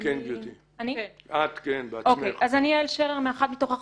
אני יעל שרר, מ"אחת מתוך אחת".